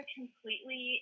completely